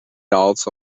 also